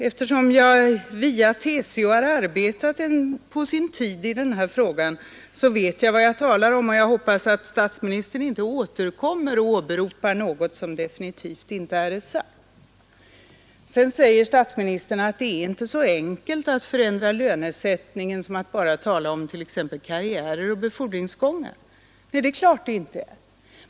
Eftersom jag i TCO på sin tid arbetade med denna fråga vet jag vad jag talar om. Jag hoppas att statsministern inte återkommer och åberopar något som definitivt inte har sagts. Statsministern säger att det inte är så enkelt att förändra lönesättningen som man gör gällande när man bara talar om karriärer och befordringsgångar. Nej, det är klart det inte är.